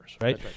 right